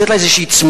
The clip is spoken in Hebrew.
לתת לה איזו צמיחה,